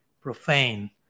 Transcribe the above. profane